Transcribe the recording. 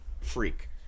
freak